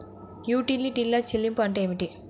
యుటిలిటీల చెల్లింపు అంటే ఏమిటి?